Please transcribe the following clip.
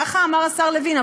ככה אמר השר לוין.